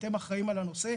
אתם אחראים על הנושא,